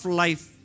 life